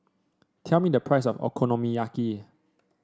tell me the price of Okonomiyaki